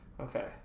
Okay